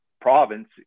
province